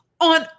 on